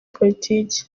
politiki